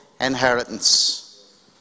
inheritance